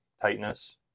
tightness